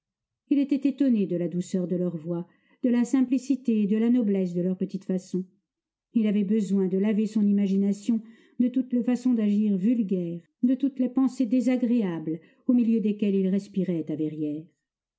il était étonné de là douceur de leur voix de la simplicité et de la noblesse de leurs petites façons il avait besoin de laver son imagination de toutes les façons d'agir vulgaires de toutes les pensées désagréables au milieu desquelles il respirait à verrières